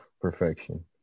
perfection